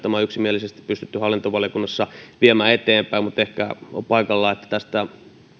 niin että tämä on yksimielisesti pystytty hallintovaliokunnassa viemään eteenpäin mutta ehkä on paikallaan että tästä